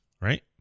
right